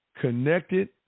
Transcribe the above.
connected